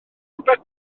bedwar